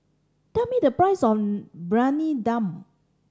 tell me the price of Briyani Dum